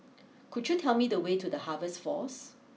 could you tell me the way to the Harvest Force